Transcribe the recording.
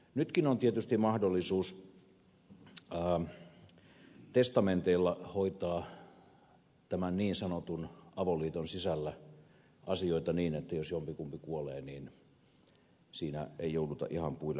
nytkin on tietysti mahdollisuus testamenteilla hoitaa tämän niin sanotun avoliiton sisällä asioita niin että jos jompikumpi kuolee niin siinä ei jouduta ihan puille paljaille